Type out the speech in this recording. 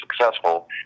successful